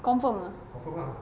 confirm ah